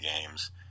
games